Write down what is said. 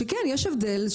שכן יש הבדל,